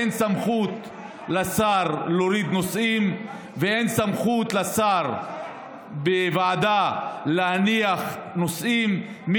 אין לשר סמכות להוריד נושאים ואין סמכות לשר להניח נושאים בוועדה.